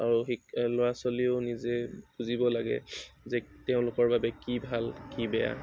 আৰু ল'ৰা ছোৱালীয়েও নিজে বুজিব লাগে যে তেওঁলোকৰ বাবে কি ভাল কি বেয়া